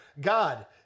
God